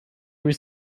was